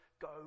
go